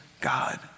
God